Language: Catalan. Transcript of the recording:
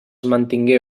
mantingué